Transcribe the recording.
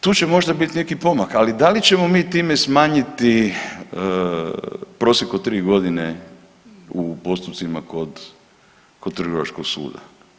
Tu će možda biti neki pomak, ali da li ćemo mi time smanjiti prosjek od 3 godine u postupcima kod trgovačkog suda?